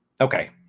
okay